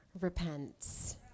repents